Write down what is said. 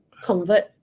convert